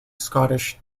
scottish